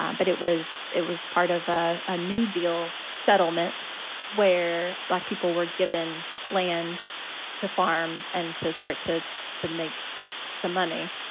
um but it was it was part of a ah new deal settlement where black people were given land to farm and to start to to make some money.